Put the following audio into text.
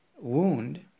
wound